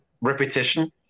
repetition